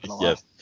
Yes